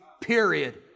period